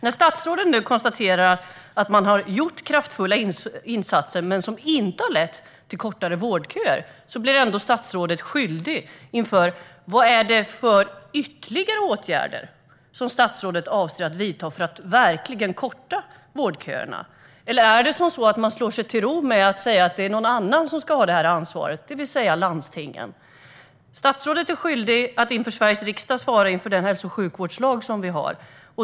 När statsrådet nu konstaterar att det har gjorts kraftfulla insatser, som dock inte har lett till kortare vårdköer, blir ändå statsrådet skyldig att redogöra för vilka ytterligare åtgärder statsrådet avser att vidta för att verkligen korta vårdköerna. Eller är det så att man slår sig till ro med att säga att någon annan, det vill säga landstingen, ska ha detta ansvar? Statsrådet är skyldig att inför Sveriges riksdag svara inför den hälso och sjukvårdslag vi har.